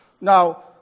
Now